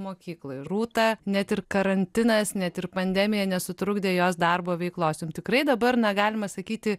mokykloj rūta net ir karantinas net ir pandemija nesutrukdė jos darbo veiklos jum tikrai dabar na galima sakyti